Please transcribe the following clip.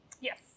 Yes